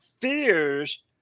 fears